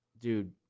Dude